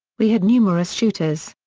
we had numerous shooters.